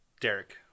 Derek